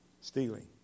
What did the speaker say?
stealing